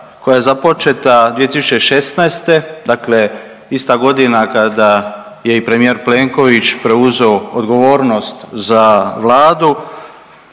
koja je započeta 2016., dakle ista godina kada je i premijer Plenković preuzeo odgovornost za Vladu